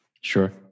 Sure